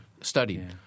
studied